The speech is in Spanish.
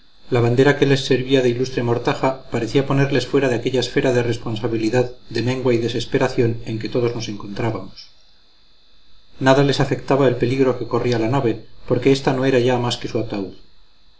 la bandera que les servía de ilustre mortaja parecía ponerles fuera de aquella esfera de responsabilidad de mengua y desesperación en que todos nos encontrábamos nada les afectaba el peligro que corría la nave porque ésta no era ya más que su ataúd